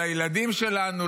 לילדים שלנו,